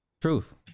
Truth